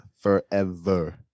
forever